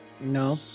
No